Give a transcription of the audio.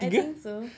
I think so